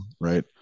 right